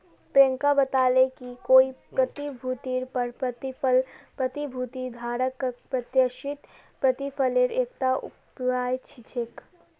प्रियंका बताले कि कोई प्रतिभूतिर पर प्रतिफल प्रतिभूति धारकक प्रत्याशित प्रतिफलेर एकता उपाय छिके